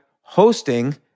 hosting